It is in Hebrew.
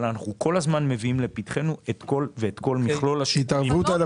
אבל כל הזמן אנחנו מביאים לפתחנו את כל מכלול --- האוכלוסייה